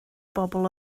bobl